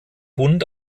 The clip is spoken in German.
hund